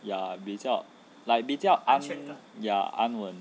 ya 比较 like 比较 ya 安稳